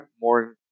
more